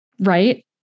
right